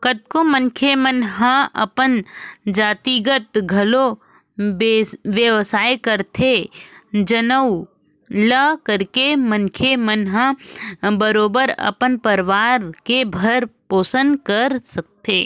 कतको मनखे मन हा अपन जातिगत घलो बेवसाय करथे जउन ल करके मनखे मन ह बरोबर अपन परवार के भरन पोसन करथे